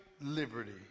liberty